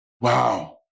Wow